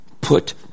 Put